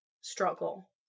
struggle